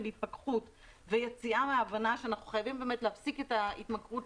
התפכחות ויציאה מההבנה שאנחנו חייבים להפסיק את ההתמכרות